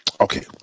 okay